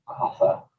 Arthur